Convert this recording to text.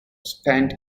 spent